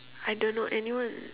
I don't know anyone